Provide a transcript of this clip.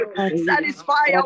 Satisfy